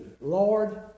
Lord